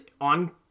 on